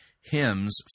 hymns